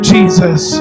Jesus